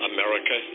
America